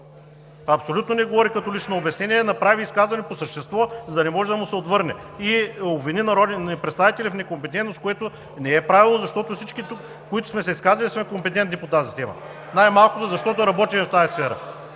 Абсолютно не говори като лично обяснение. Направи изказване по същество, за да не може да му се отвърне и обвини народни представители в некомпетентност, което не е правилно, защото всички тук, които сме се изказали, сме компетентни по тази тема (шум и реплики), най-малкото, защото работим в тази сфера.